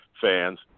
fans